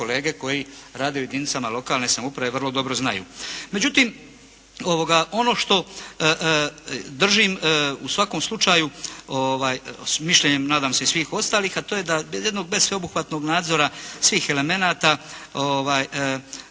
kolege koji rade u jedinicama lokalne samouprave vrlo dobro znaju. Međutim, ono što držim u svakom slučaju s mišljenjem nadam se i svih ostalih, a to je da bez jednog sveobuhvatnog nadzora svih elemenata